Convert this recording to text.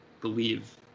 believe